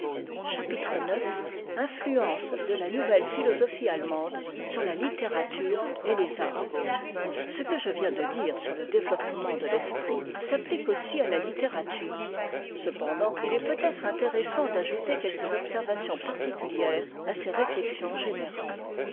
chapitre ix influence de la nouvelle philosoplaie acwam e sur la littérature et les arts ce que je viens de dire sur le développement dû l'esprit s'applique aussi à la littérature cependant il est peut-être intéressant d'ajouter quelques observations particulières à ces réflexions générales